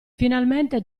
finalmente